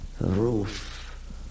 roof